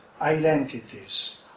identities